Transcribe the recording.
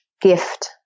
gift